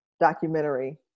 documentary